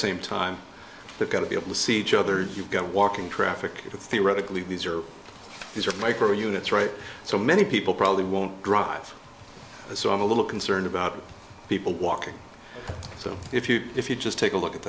same time they've got to be able to see each other you've got walking traffic theoretically these are these are micro units right so many people probably won't drive so i'm a little concerned about people walking so if you if you just take a look at